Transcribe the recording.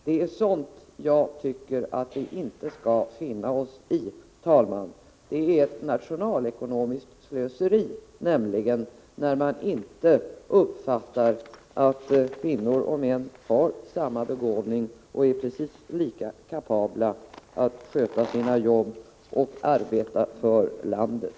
Sådant tycker jag inte att vi skall finna oss i, herr talman! Det är nämligen ett nationalekonomiskt slöseri att inte uppfatta att kvinnor och män har samma begåvning och är precis lika kapabla att sköta sina jobb och arbeta för landet.